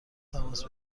تماس